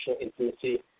intimacy